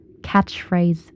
catchphrase